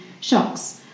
shocks